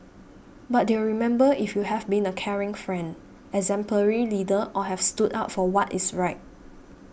but they'll remember if you have been a caring friend exemplary leader or have stood up for what is right